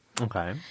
Okay